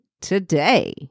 today